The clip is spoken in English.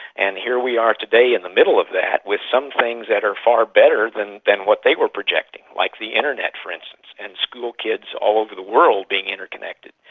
and here we are today in the middle of that with some things that are far better than than what they were projecting, like the internet for instance, and schoolkids all over the world being interconnected.